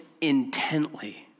intently